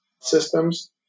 systems